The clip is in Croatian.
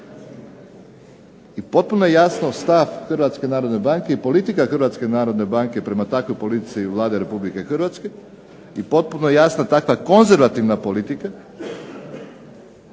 I potpuno je stav Hrvatske narodne banke i politika Hrvatske narodne banke prema takvoj politici Vlade Republike Hrvatske i potpuno je jasna takva konzervativna politika,